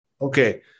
Okay